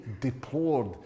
deplored